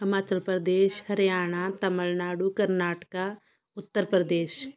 Himachal Pradesh Haryana Tamil Nadu Karnataka Uttar Pradesh